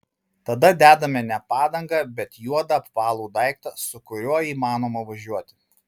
tada dedame ne padangą bet juodą apvalų daiktą su kuriuo įmanoma važiuoti